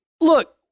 Look